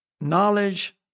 knowledge